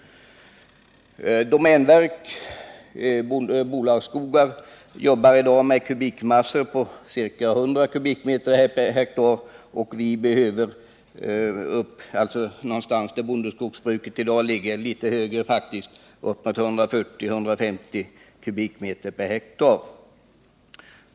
Domänverket och bolagsskogarna arbetar i dag med kubikmassor på ca 100 m? per hektar, och vi behöver komma upp till en nivå där bondeskogsbruket befinner sig i dag, ja, faktiskt lite högre, nämligen 140-150 m? per hektar.